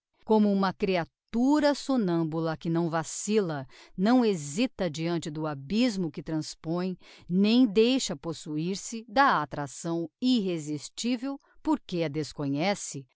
como uma creatura somnambula que não vacilla não hesita diante do abysmo que transpõe nem deixa possuir se da attracção irresistivel porque a desconhece